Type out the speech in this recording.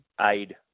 aid